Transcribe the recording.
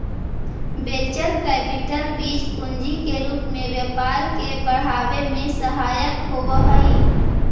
venture capital बीज पूंजी के रूप में व्यापार के बढ़ावे में सहायक होवऽ हई